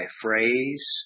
phrase